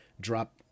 drop